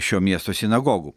šio miesto sinagogų